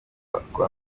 uko